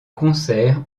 concerts